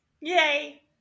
Yay